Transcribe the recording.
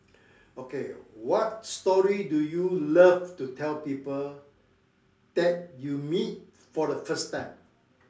okay what story do you love to tell people that you meet for the first time